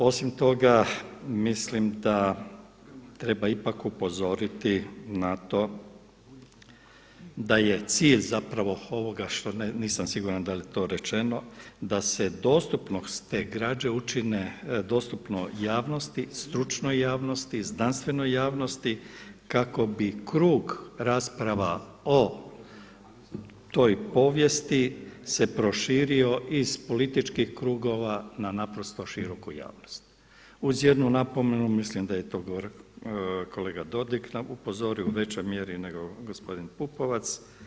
Osim toga, mislim da treba ipak upozoriti na to da je cilj zapravo ovoga nisam siguran da li je to rečeno, da se dostupnost te građe učine dostupno javnosti, stručnoj javnosti, znanstvenoj javnosti kako bi krug rasprava o toj povijesti se proširio iz političkih krugova na naprosto široku javnost uz jednu napomenu, mislim da je to kolega Dodig upozorio u većoj mjeri nego gospodin Pupovac.